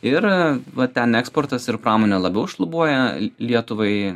ir va ten eksportas ir pramonė labiau šlubuoja lietuvai